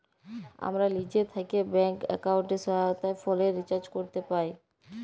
আমরা লিজে থ্যাকে ব্যাংক এক্কাউন্টের সহায়তায় ফোলের রিচাজ ক্যরতে পাই